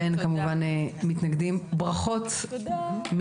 אין הצעת חוק שירותי רווחה (זכויות נשים ששהו